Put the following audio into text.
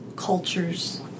cultures